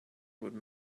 would